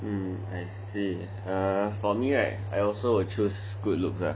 um I see her for me right I also will choose good looks lah